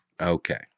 Okay